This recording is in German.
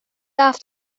darf